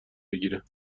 بگیرند